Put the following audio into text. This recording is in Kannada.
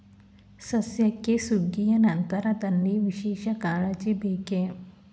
ಸಸ್ಯಕ್ಕೆ ಸುಗ್ಗಿಯ ನಂತರದಲ್ಲಿ ವಿಶೇಷ ಕಾಳಜಿ ಬೇಕೇ?